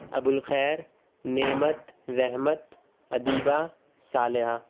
Abu al-Khair Naimat Rahmat Adiba Saliha